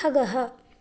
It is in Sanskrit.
खगः